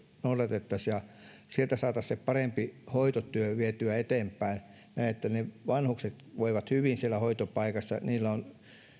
noudatettaisiin ja että sieltä saataisiin se parempi hoitotyö vietyä eteenpäin niin että vanhukset voivat hyvin siellä hoitopaikassa heillä on